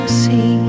see